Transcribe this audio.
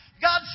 God